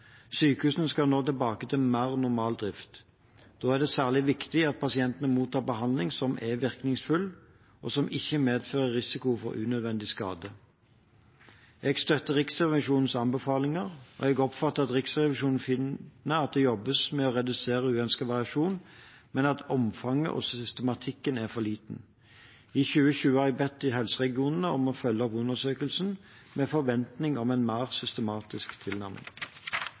Sykehusene skal nå tilbake til mer normal drift. Da er det særlig viktig at pasientene mottar behandling som er virkningsfull, og som ikke medfører risiko for unødvendig skade. Jeg støtter Riksrevisjonens anbefalinger, og jeg oppfatter at Riksrevisjonen finner at det jobbes med å redusere uønsket variasjon, men at omfanget er for lite, og det er for lite systematikk. I 2020 har jeg bedt helseregionene om å følge opp undersøkelsen med forventning om en mer systematisk tilnærming.